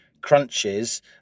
crunches